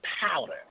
powder